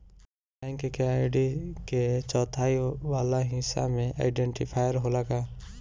Bank में ID के चौथाई वाला हिस्सा में आइडेंटिफैएर होला का?